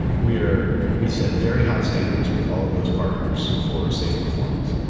we are. we set very high standards with all of those partners for safe performance.